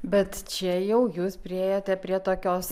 bet čia jau jūs priėjote prie tokios